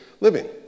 living